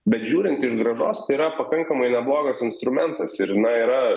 bet žiūrint iš grąžos tai yra pakankamai neblogas instrumentas ir na yra